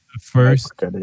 first